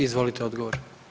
Izvolite odgovor.